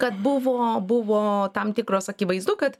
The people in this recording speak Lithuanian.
kad buvo buvo tam tikros akivaizdu kad